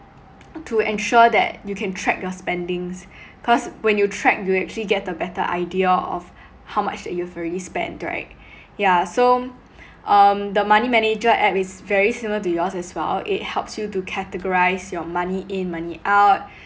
to ensure that you can track your spendings cause when you track you actually get the better idea of how much that you have already spent right yeah so um the money manager app is very similar to yours as well it helps you to categorise your money in money out